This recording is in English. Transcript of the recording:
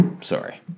Sorry